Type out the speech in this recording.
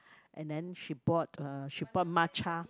and then she bought uh she bought matcha